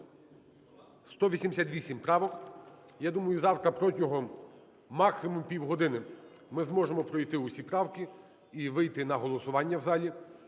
188 правок. Я думаю, завтра протягом максимум півгодини ми зможемо пройти усі правки і вийти на голосування в залі.